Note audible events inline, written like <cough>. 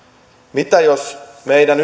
mitä jos meidän <unintelligible>